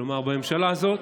כלומר, בממשלה הזאת,